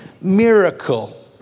miracle